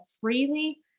freely